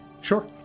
Sure